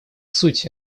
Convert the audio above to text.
суть